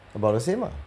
about the same ah